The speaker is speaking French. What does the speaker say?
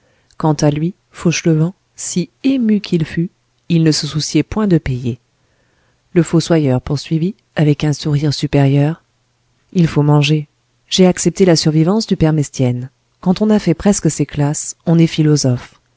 quant à lui fauchelevent si ému qu'il fût il ne se souciait point de payer le fossoyeur poursuivit avec un sourire supérieur il faut manger j'ai accepté la survivance du père mestienne quand on a fait presque ses classes on est philosophe